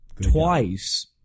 twice